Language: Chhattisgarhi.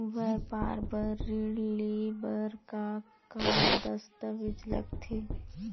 व्यापार बर ऋण ले बर का का दस्तावेज लगथे?